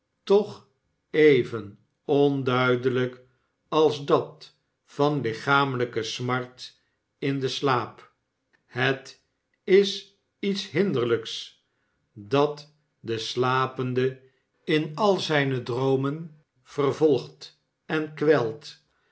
toch even onduidelijk als dat van lichamelijke smart in den slaap het is iets hinderlijks dat den slapende in al zijne droomep vervolgt en kwelt